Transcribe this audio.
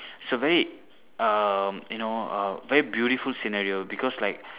it's a very um you know err very beautiful scenario because like